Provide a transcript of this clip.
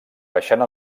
baixant